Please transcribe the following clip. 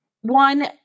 one